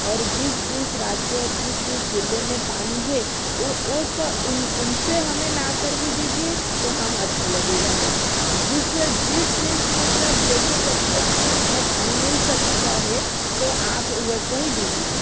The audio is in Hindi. और जिस जिस राज्य जिस जिस जिले में पानी है ओ उन से हमें लाकर भी दीजिए तो हम अच्छा लगेगा हमें जिस जिस जिस मतलब जैसे प्रक्रिया में हमें पानी मिल सकता है तो आप वैसे ही दीजिए